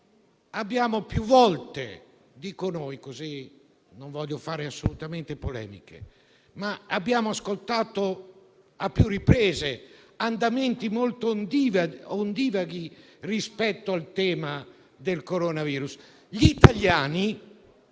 Noi qui - dico «noi» perché non voglio fare assolutamente polemiche - abbiamo ascoltato a più riprese andamenti molto ondivaghi rispetto al tema del coronavirus. Gli italiani